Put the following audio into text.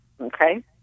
Okay